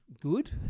good